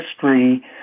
history